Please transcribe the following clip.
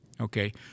Okay